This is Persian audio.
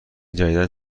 جدیدا